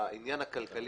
המספר הכללי